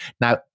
Now